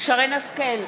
שרן השכל,